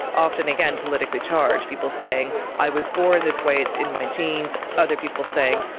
often, again, politically charged, people saying i was born this way, it's in my genes'. other people saying,